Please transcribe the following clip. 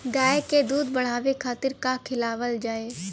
गाय क दूध बढ़ावे खातिन का खेलावल जाय?